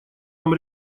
нам